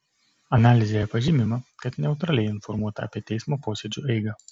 analizėje pažymima kad neutraliai informuota apie teismo posėdžių eigą